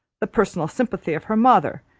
the personal sympathy of her mother,